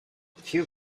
few